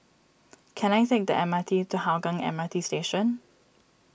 can I take the M R T to Hougang M R T Station